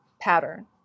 pattern